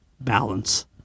balance